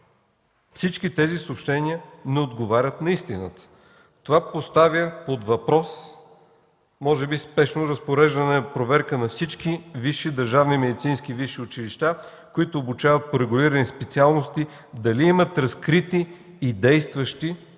всички тези съобщения не отговарят на истината. Това поставя под въпрос – може би спешно разпореждане на проверка на всички държавни медицински висши училища, които обучават по регулирани специалности, дали имат разкрити и действащи,